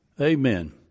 Amen